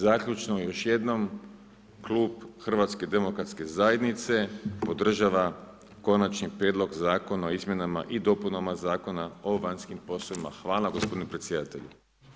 Zaključno, još jednom, Klub HDZ-a, podržava konačni prijedlog Zakona o izmjenama i dopunama Zakona o vanjskim poslovima, hvala gospodine predsjedatelju.